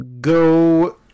go